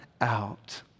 out